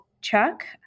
Chuck